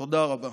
תודה רבה.